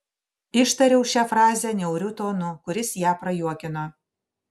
ištariau šią frazę niauriu tonu kuris ją prajuokino